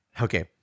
Okay